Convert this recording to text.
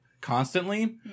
constantly